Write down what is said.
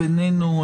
בינינו,